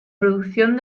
producción